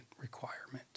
requirement